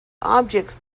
objects